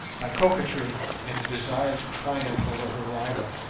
by coquetry and a desire to triumph over her rival.